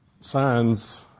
signs